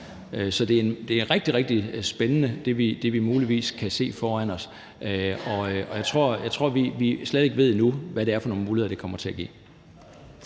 os, er rigtig, rigtig spændende, og jeg tror, at vi slet ikke ved endnu, hvad det er for nogle muligheder, det kommer til at give.